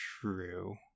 true